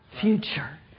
future